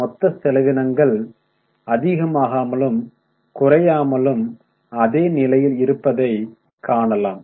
மொத்த செலவினங்கள் அதிகமாகமலும் குறையாமலும் அதே நிலையில் இருப்பதை காணலாம்